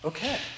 Okay